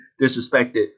disrespected